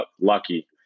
lucky